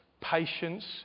patience